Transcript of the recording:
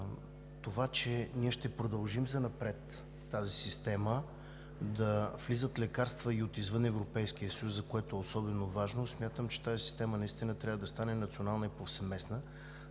Това че и занапред ще продължим с тази система – да влизат лекарства и от извън Европейския съюз, което е особено важно, смятам, че тази система трябва да стане национална и повсеместна,